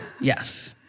Yes